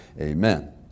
amen